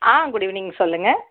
ஆ good evening சொல்லுங்கள்